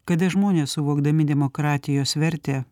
kada žmonės suvokdami demokratijos vertę